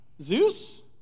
Zeus